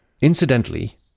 Incidentally